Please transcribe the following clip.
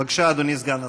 בבקשה, אדוני סגן השר.